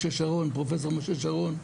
פרופ' משה שרון,